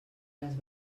les